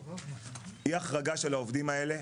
אי החרגה של העובדים האלה,